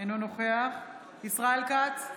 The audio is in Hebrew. אינו נוכח ישראל כץ,